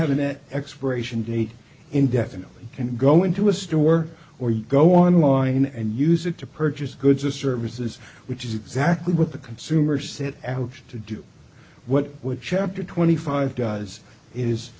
have an expiration date indefinitely can go into a store or go online and use it to purchase goods or services which is exactly what the consumer set out to do what would chapter twenty five does is